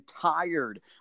tired